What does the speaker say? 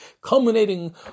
culminating